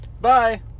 Bye